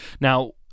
Now